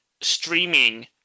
streaming